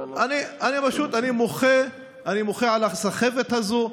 אני מוחה על הסחבת הזאת.